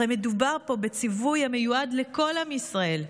הרי מדובר פה בציווי המיועד לכל עם ישראל,